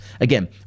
Again